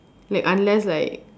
like unless like